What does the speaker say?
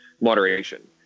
moderation